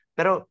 Pero